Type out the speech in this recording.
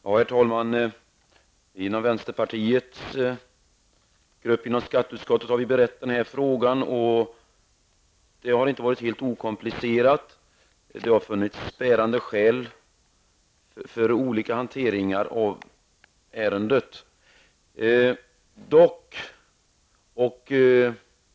Herr talman! Inom vänsterpartiets grupp i skatteutskottet har vi berett den här frågan, och det har inte varit helt okomplicerat. Det har funnits bärande skäl för olika hanteringar av ärendet.